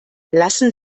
lassen